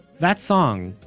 that song,